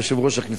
יושב-ראש הכנסת,